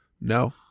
No